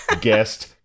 guest